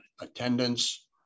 attendance